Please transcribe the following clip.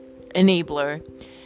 enabler